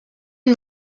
and